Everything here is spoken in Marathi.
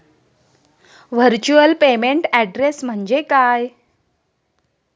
व्हर्च्युअल पेमेंट ऍड्रेस म्हणजे काय?